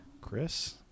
Chris